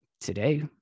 Today